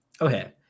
okay